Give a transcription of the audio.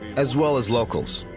as well as locals.